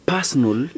Personal